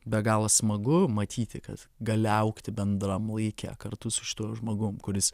be galo smagu matyti kas gali augti bendram laike kartu su šituo žmogum kuris